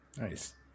Nice